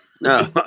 No